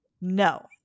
no